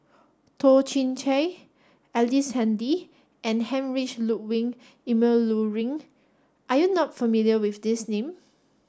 Toh Chin Chye Ellice Handy and Heinrich Ludwig Emil Luering are you not familiar with these name